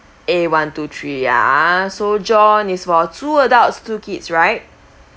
A one two three ya ah so john is for two adults two kids right